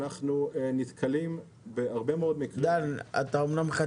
אנחנו נתקלים בהרבה מאוד מקרים הם אמנם לא